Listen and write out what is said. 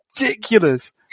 ridiculous